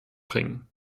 bringen